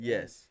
Yes